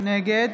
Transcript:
נגד